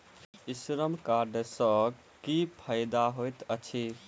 ई श्रम कार्ड सँ की फायदा होइत अछि?